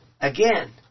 Again